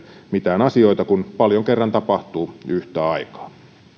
mitään asioita kun paljon kerran tapahtuu yhtä aikaa